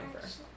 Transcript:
first